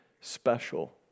special